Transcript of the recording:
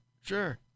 sure